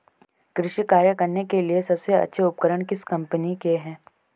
कृषि कार्य करने के लिए सबसे अच्छे उपकरण किस कंपनी के हैं?